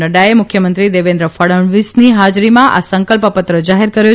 નઙાએ મુખ્યમંત્રી દેવેન્દ્ર ફડણવીસની હાજરીમાં આ સંકલ્પપત્ર જાહેર કર્યો